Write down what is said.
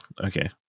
okay